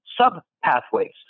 sub-pathways